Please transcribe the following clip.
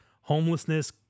homelessness